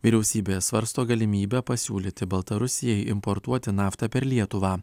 vyriausybė svarsto galimybę pasiūlyti baltarusijai importuoti naftą per lietuvą